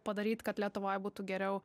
padaryt kad lietuvoj būtų geriau